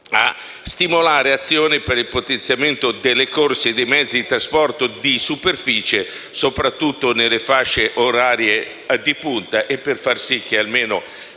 a stimolare azioni per il potenziamento delle corse e dei mezzi di trasporto di superficie, soprattutto nelle fasce orarie di punta. (**1-00652**) (testo